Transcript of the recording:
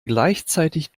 gleichzeitig